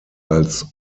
als